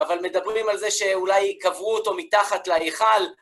אבל מדברים על זה שאולי קברו אותו מתחת להיכל.